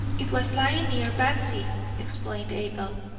it was lying near batsy, explained abel.